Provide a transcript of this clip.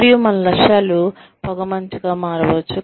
మరియు మన లక్ష్యాలు పొగమంచుగా మారవచ్చు